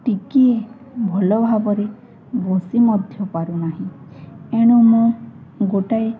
ଟିକେ ଭଲ ଭାବରେ ବସି ମଧ୍ୟ ପାରୁ ନାହିଁ ଏଣୁ ମୁଁ ଗୋଟାଏ